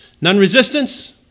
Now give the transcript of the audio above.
non-resistance